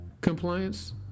Compliance